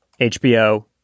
HBO